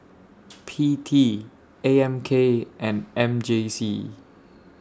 P T A M K and M J C